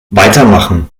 weitermachen